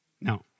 no